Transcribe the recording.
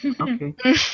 Okay